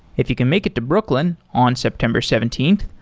if you can make it to brooklyn on september seventeenth,